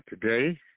today